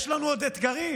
יש לנו עוד אתגרים.